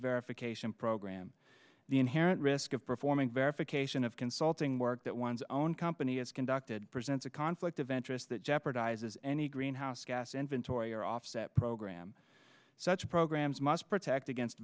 verification program the inherent risk of performing verification of consulting work that one's own company is conducted presents a conflict of interest that jeopardizes any greenhouse gas inventory or offset program such programs must protect against